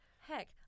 Heck